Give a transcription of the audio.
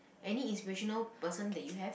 any inspirational person that you have